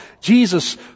Jesus